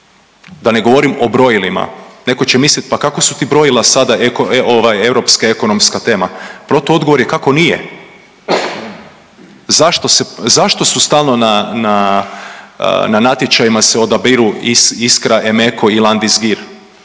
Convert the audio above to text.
Da ne govorim o brojilima. Netko će misliti, pa kako su ti brojila sada eko, ova, europska ekonomska tema, protuodgovor je kako nije. Zašto su stalno na natječajima se odabiru Iskraemeco i Landis+Gyr?